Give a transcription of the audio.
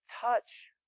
touch